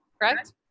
correct